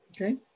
Okay